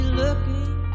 looking